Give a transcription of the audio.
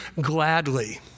gladly